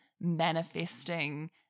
manifesting